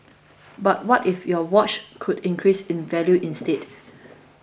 but what if your watch could increase in value instead